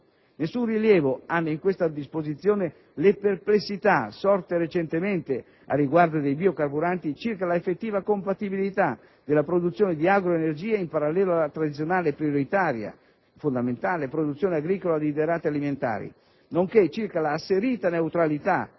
Nessun rilievo hanno in questa disposizione le perplessità sorte recentemente, a riguardo dei biocarburanti, circa la effettiva compatibilità della produzione di agroenergie in parallelo alla tradizionale, prioritaria e fondamentale produzione agricola di derrate alimentari, nonché circa la asserita neutralità